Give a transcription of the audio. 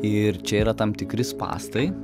ir čia yra tam tikri spąstai